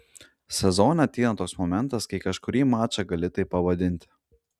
sezone ateina toks momentas kai kažkurį mačą gali taip pavadinti